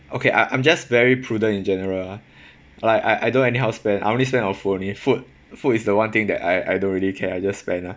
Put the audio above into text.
okay I I'm just very prudent in general ah like I I don't anyhow spend I only spend on food only food food is the one thing that I I don't really care I just spend ah